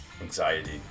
anxiety